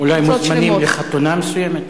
אולי הם מוזמנים לחתונה מסוימת?